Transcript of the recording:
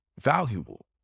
valuable